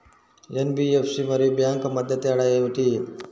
NBFC మరియు bank మధ్య తేడా ఏమిటీ?